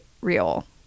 real